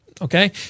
Okay